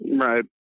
Right